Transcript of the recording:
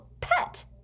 pet